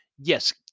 yes